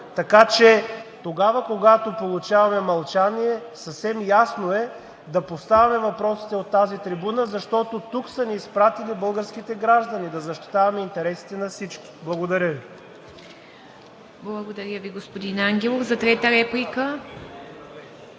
Така че тогава, когато получаваме мълчание, съвсем ясно е да поставим въпросите от тази трибуна, защото тук са ни изпратили българските граждани, за да защитаваме интересите на всички. Благодаря Ви. ПРЕДСЕДАТЕЛ ИВА МИТЕВА: Благодаря Ви, господин Ангелов. Трета реплика?